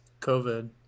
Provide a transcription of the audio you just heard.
covid